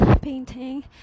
painting